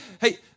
hey